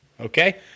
Okay